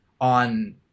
on